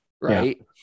right